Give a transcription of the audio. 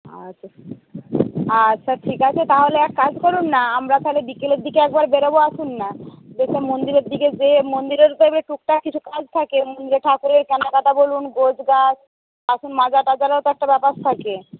আচ্ছা আচ্ছা ঠিক আছে তাহলে এক কাজ করুন না আমরা তাহলে বিকেলের দিকে একবার বেরোব আসুন না দেখুন মন্দিরের দিকে গিয়ে মন্দিরের তো এমনি টুকটাক কিছু কাজ থাকে ঠাকুরের কেনাকাটা বলুন গোছগাছ বাসন মাজা টাজারও তো একটা ব্যাপার থাকে